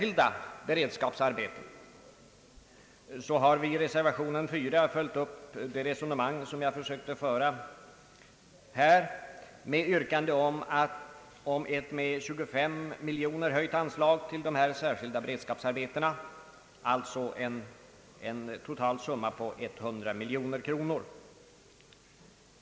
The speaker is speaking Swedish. redskapsarbeten följer vi i reservation 4 upp vårt resonemang med ett yrkande att anslaget till särskilda beredskapsarbeten skall höjas med 25 miljoner kronor till totalt 100 miljoner kronor.